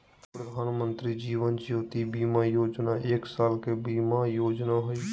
प्रधानमंत्री जीवन ज्योति बीमा योजना एक साल के बीमा योजना हइ